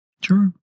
Sure